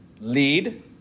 lead